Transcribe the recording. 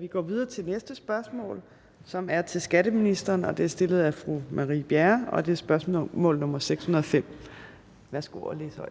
Vi går videre til næste spørgsmål, som er til skatteministeren, og det er stillet af fru Marie Bjerre. Kl. 15:30 Spm. nr. S 605 5) Til